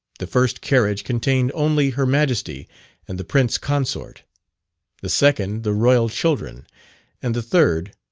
the first carriage contained only her majesty and the prince consort the second, the royal children and the third,